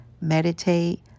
meditate